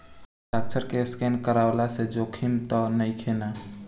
हस्ताक्षर के स्केन करवला से जोखिम त नइखे न?